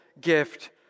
gift